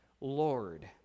Lord